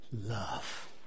love